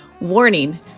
Warning